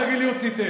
אל תגיד לי: הוא ציטט.